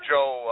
Joe